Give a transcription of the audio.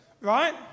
right